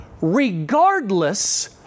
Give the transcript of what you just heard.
regardless